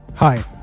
Hi